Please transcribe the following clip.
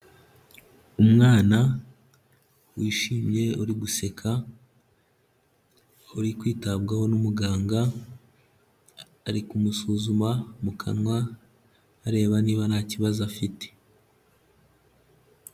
Umwana wishimye uri guseka, uri kwitabwaho n'umuganga, ari kumusuzuma mu kanwa, areba niba nta kibazo afite.